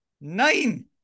nine